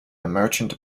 merchant